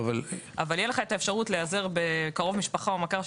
תהיה לך אפשרות להיעזר בקרוב משפחה או במכר,